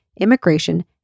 Immigration